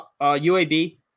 UAB